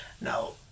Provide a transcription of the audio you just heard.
Now